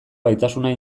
gaitasuna